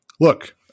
look